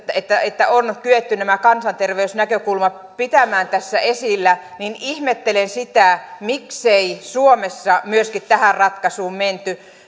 että että on kyetty nämä kansanterveysnäkökulmat pitämään tässä esillä ihmettelen sitä miksei myöskin suomessa tähän ratkaisuun menty